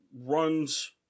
runs